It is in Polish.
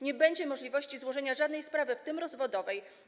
Nie będzie możliwości złożenia żadnej sprawy, w tym rozwodowej.